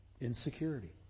Insecurity